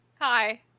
Hi